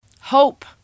Hope